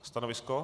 Stanovisko?